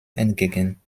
entgegen